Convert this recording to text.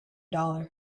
dollar